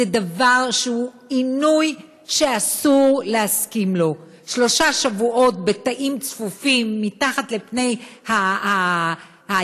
זה עינוי שאסור להסכים לו: שלושה שבועות בתאים צפופים מתחת לפני הים,